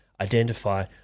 identify